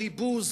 בלי בוז,